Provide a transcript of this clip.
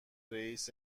رئیس